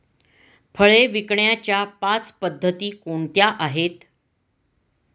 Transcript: फळे विकण्याच्या पाच पद्धती कोणत्या आहेत?